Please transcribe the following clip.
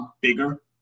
bigger